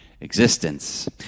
existence